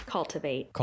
Cultivate